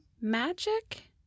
magic